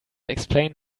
explain